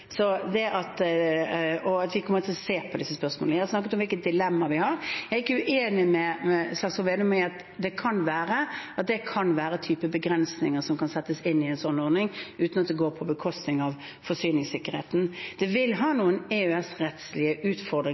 og vi kommer til å se på disse spørsmålene. Jeg har snakket om hvilket dilemma vi har. Jeg er ikke uenig med Slagsvold Vedum i at det kan hende at det kan være typer begrensninger som kan settes inn i en slik ordning uten at det går på bekostning av forsyningssikkerheten. Det vil ha noen EØS-rettslige utfordringer